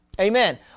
Amen